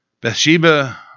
Bathsheba